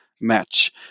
match